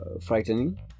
frightening